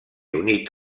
unit